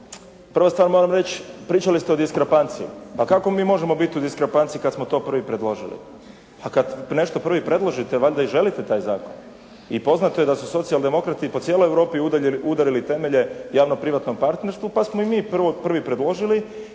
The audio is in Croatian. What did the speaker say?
prva stvar moram reći pričali ste o diskrapanciji. Pa kako mi možemo biti u diskrapanciji kad smo to prvi predložili? Pa kad nešto prvi predložite valjda i želite taj zakon. I poznato je da su socijal-demokrati po cijeloj Europi udarili temelje javno-privatnom partnerstvu, pa smo i mi prvi predložili